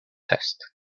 test